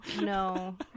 no